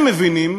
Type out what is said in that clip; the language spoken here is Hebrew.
הם מבינים